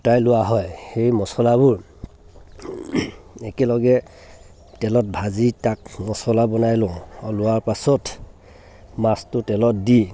গোটাই লোৱা হয় সেই মছলাবোৰ একেলগে তেলত ভাজি তাক মছলা বনাই লওঁ লোৱাৰ পাছত মাছটো তেলত দি